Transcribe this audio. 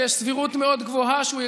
ויש סבירות מאוד גבוהה שהוא ייכשל,